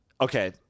Okay